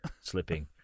slipping